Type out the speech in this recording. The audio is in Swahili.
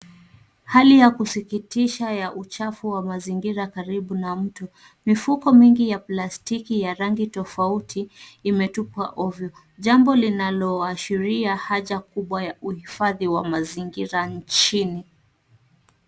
Hali ya kusikitisha ya uchafu wa mazingira karibu na mto. Mifuko mingi ya plastiki ya rangi ya plastiki imetupwa ovyo. Jambo linaloashiria haja kubwa ya uhifadhi wa mazingira nchini.